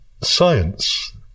science